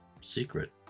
secret